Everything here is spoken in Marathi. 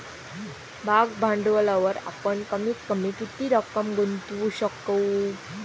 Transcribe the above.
भाग भांडवलावर आपण कमीत कमी किती रक्कम गुंतवू शकू?